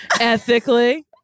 Ethically